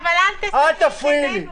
--- אל תפריעי לי.